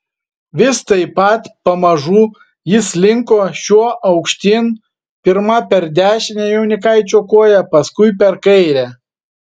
vis taip pat pamažu jis slinko šiuo aukštyn pirma per dešinę jaunikaičio koją paskui per kairę